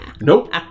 Nope